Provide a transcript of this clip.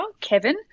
Kevin